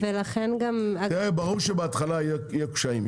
ברור שבהתחלה יהיו קשיים.